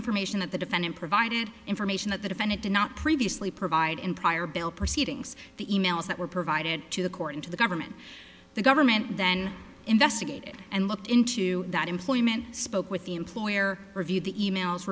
information that the defendant provided information that the defendant did not previously provide in prior bail proceedings the e mails that were provided to the court into the government the government then investigated and looked into that employment spoke with the employer reviewed the e mails